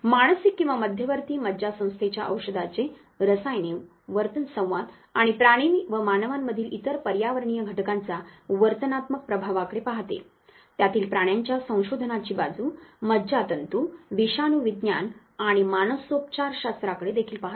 मानसिक किंवा मध्यवर्ती मज्जासंस्थेच्या औषधाचे रसायने वर्तन संवाद आणि प्राणी व मानवांमधील इतर पर्यावरणीय घटकांचा वर्तनात्मक प्रभावाकडे पाहते त्यातील प्राण्यांच्या संशोधनाची बाजू मज्जातंतू विषाणूविज्ञान आणि मानसोपचारशास्त्राकडे देखील पाहते